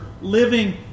living